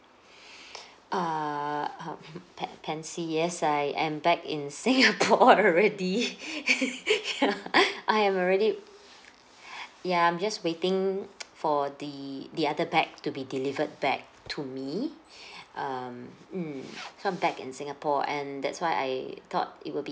err uh mm pa~ pansy yes I am back in singapore already ya I am already yeah I'm just waiting for the the other bag to be delivered back to me um mm so I'm back in singapore and that's why I thought it will be